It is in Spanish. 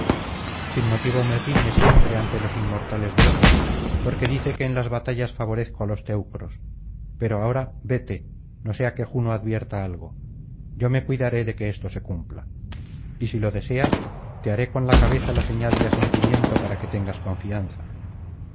sin motivo me riñe siempre ante los inmortales dioses porque dice que en las batallas favorezco á los teucros pero ahora vete no sea que juno advierta algo yo me cuidaré de que esto se cumpla y si lo deseas te haré con la cabeza la señal de asentimiento para que tengas confianza